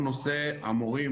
והוא נושא המורים,